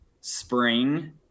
spring